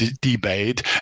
debate